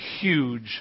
huge